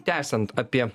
tęsiant apie